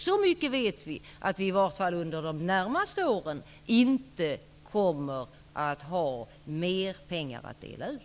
Så mycket vet vi att det i vart fall under de närmaste åren inte kommer att finnas mer pengar att dela ut.